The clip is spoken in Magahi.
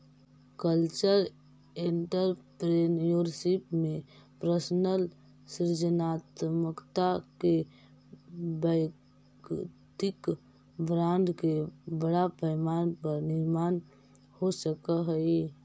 कल्चरल एंटरप्रेन्योरशिप में पर्सनल सृजनात्मकता के वैयक्तिक ब्रांड के बड़ा पैमाना पर निर्माण हो सकऽ हई